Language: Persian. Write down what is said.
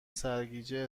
سرگیجه